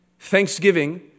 Thanksgiving